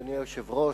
אדוני היושב-ראש,